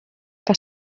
que